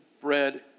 bread